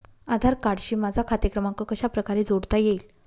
आधार कार्डशी माझा खाते क्रमांक कशाप्रकारे जोडता येईल?